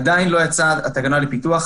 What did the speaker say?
עדיין לא יצאה התקנה לפיתוח,